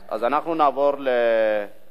אז אנחנו נעבור להצבעה.